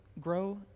grow